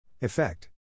Effect